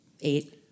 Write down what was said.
eight